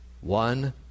one